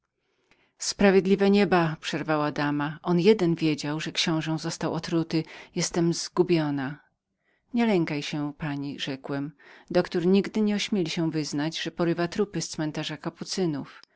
sprawiedliwe nieba przerwała dama musiał poznać że książe został otrutym zginęłam nie lękaj się pani odpowiedziałem doktor nigdy nie ośmieli się wyznać że porywa trupy z cmentarza kapucynów